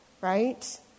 right